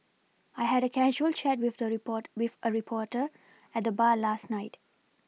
I had a casual chat with a report with a reporter at the bar last night